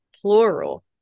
Plural